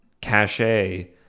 cachet—